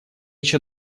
ещё